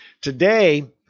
Today